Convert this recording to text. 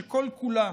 שכל-כולה